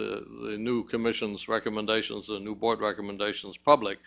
made new commission's recommendations a new board recommendations public